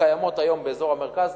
שקיימות היום באזור המרכז,